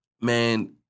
man